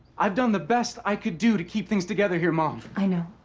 i've done the best i could do to keep things together here, mom. i know.